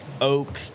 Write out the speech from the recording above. oak